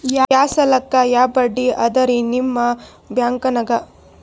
ಯಾ ಸಾಲಕ್ಕ ಯಾ ಬಡ್ಡಿ ಅದರಿ ನಿಮ್ಮ ಬ್ಯಾಂಕನಾಗ?